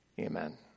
Amen